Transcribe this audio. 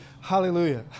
Hallelujah